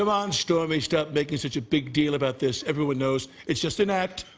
um on, stormy, stop making such a big deal about this. everyone knows it's just an act.